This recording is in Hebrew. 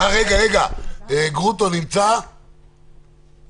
אני מזכיר שגורמי המקצוע במשרד הבריאות העלו את זה